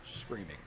screaming